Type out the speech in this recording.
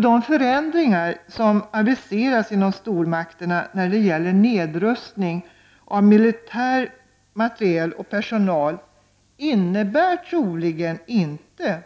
De förändringar som aviserats inom stormakterna när det gäller nedrustning av militär materiel och personal innebär troligen inte